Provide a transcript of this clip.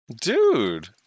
Dude